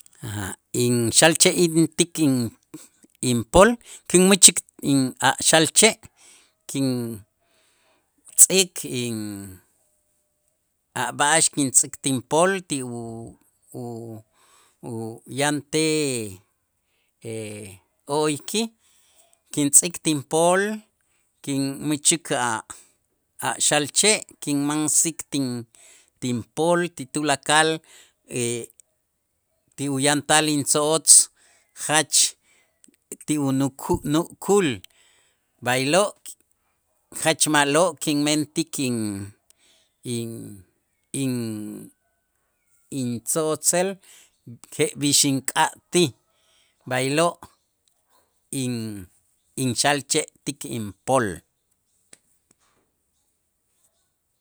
Inxalche' in ti kin- inpol kinmächik in a' xalche' kintz'ik in a' b'a'ax kintz'ik tinpol ti u- u- uyantej o'oykij kintz'ik tinpol, kinmächik a'-a' xalche' kinmansik tin- tinpol ti tulakal ti uyantal intzo'otz jach ti unuku'-nu'kul, b'aylo' jach ma'lo' kinmentik in in- intzo'otzel jeb'ix ink'atij b'aylo' in- inxalche'tik inpol.